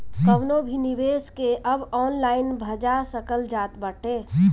कवनो भी निवेश के अब ऑनलाइन भजा सकल जात बाटे